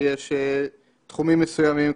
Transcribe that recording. יש תחומים מסוימים,